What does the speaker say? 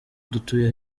dutuye